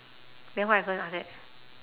then what happen after that